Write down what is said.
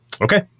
Okay